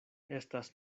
estas